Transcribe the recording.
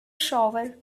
shower